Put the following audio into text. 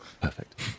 Perfect